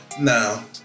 Now